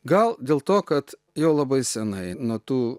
gal dėl to kad jau labai senai nuo tų